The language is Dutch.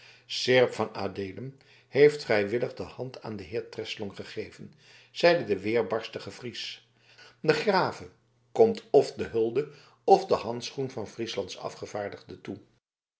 seerp van adeelen heeft vrijwillig de hand aan den heer van treslong gegeven zeide de weerbarstige fries den grave komt f de hulde f den handschoen van frieslands afgevaardigde toe